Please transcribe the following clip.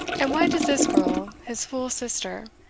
and why does this girl, his full sister,